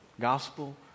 Gospel